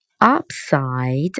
upside